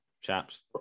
chaps